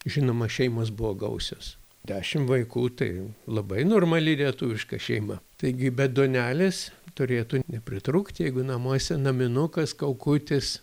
žinoma šeimos buvo gausios dešim vaikų tai labai normali lietuviška šeima taigi be duonelės turėtų nepritrūkti jeigu namuose naminukas kaukutis